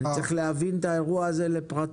אני צריך להבין את האירוע הזה לפרטיו.